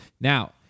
Now